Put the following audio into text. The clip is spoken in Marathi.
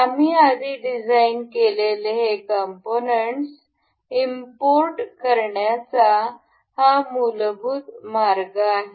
आम्ही आधी डिझाइन केलेले हे कॉम्पोनन्ट्स इम्पोर्ट करण्याचा हा मूलभूत मार्ग आहे